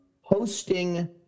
hosting